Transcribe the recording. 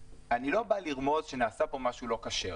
אני לא בא לרמוז שנעשה פה משהו לא כשר,